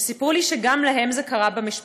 שגם להם זה קרה במשפחה.